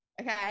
Okay